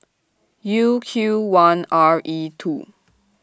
U Q one R E two